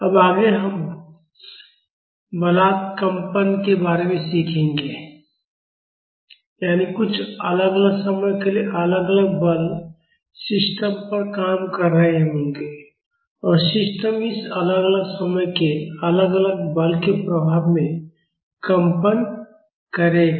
अब आगे हम बलात कंपन के बारे में सीखेंगे यानी कुछ अलग अलग समय के लिए अलग अलग बल सिस्टम पर काम कर रहे होंगे और सिस्टम इस अलग अलग समय के अलग अलग बल के प्रभाव में कंपन करेगा